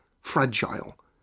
fragile